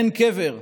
אין קבר,